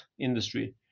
industry